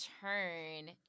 turn